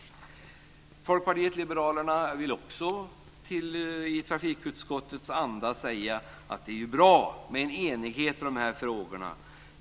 Folkpartiet liberalerna vill också i trafikutskottets anda säga att det är bra med enighet i de här frågorna.